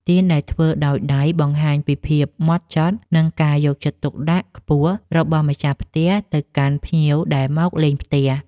ទៀនដែលធ្វើដោយដៃបង្ហាញពីភាពម៉ត់ចត់ និងការយកចិត្តទុកដាក់ខ្ពស់របស់ម្ចាស់ផ្ទះទៅកាន់ភ្ញៀវដែលមកលេងផ្ទះ។